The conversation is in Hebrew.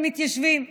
הם מתיישבים ציונים,